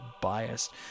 biased